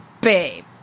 babe